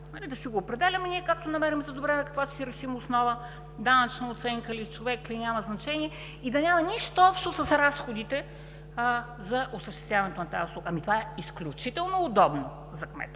да си го определяме ние, както намерим за добре, на каквато си решим основа – данъчна оценка ли, човек ли, няма значение и да няма нищо общо с разходите за осъществяването на тази услуга“. Ами това е изключително удобно за кметовете.